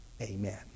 amen